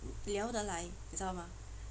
聊得来你知道吗